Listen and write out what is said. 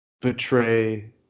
betray